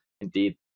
indeed